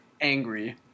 angry